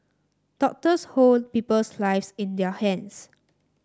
doctors hold people's lives in their hands